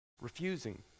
Refusing